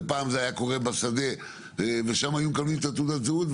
פעם זה היה קורה בשדה ושם היו מקבלים תעודת זהות,